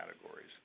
categories